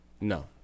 no